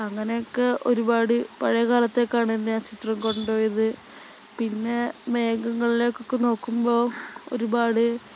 അങ്ങനെ ഒക്കെ ഒരുപാട് പഴയ കാലത്തേക്കാണ് എന്നെ ആ ചിത്രം കൊണ്ടുപോയത് പിന്നെ മേഘങ്ങളിലേക്കൊക്കെ നോക്കുമ്പോൾ ഒരുപാട്